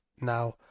now